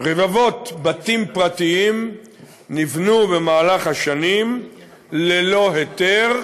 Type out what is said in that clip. רבבות בתים פרטיים נבנו במהלך השנים ללא היתר,